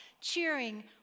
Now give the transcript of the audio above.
cheering